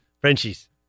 Frenchies